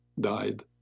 died